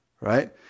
right